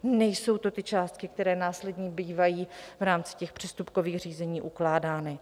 Nejsou to ty částky, které následně bývají v rámci těch přestupkových řízení ukládány.